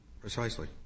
precisely